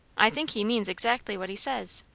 i think he means exactly what he says.